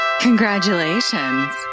Congratulations